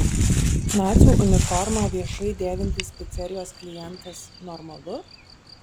nacių uniformą viešai dėvintis picerijos klientas normalu